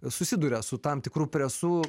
susiduria su tam tikru presu